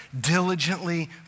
diligently